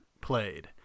played